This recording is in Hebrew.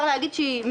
עם